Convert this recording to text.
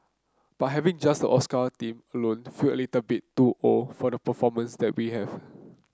but having just Oscar theme alone feel a little bit too old for the performers that we have